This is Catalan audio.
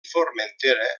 formentera